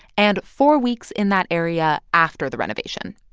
and four weeks in that area after the renovation.